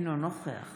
אינו נוכח